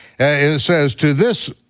it says, to this,